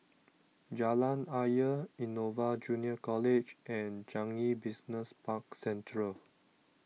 Jalan Ayer Innova Junior College and Changi Business Park Central